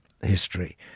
history